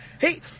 Hey